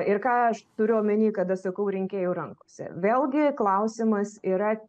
ir ką aš turiu omeny kada sakau rinkėjų rankose vėlgi klausimas yra